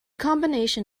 combination